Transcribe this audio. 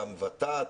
ות"ת,